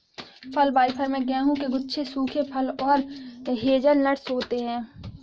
फल फाइबर में गेहूं के गुच्छे सूखे फल और हेज़लनट्स होते हैं